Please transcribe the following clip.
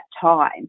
time